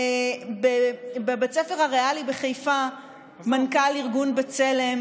בבית הספר הריאלי בחיפה מנכ"ל ארגון בצלם,